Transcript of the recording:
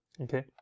okay